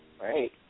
Right